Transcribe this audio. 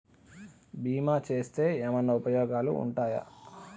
బీమా చేస్తే ఏమన్నా ఉపయోగాలు ఉంటయా?